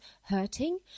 hurting